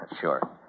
Sure